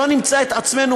שלא נמצא את עצמנו,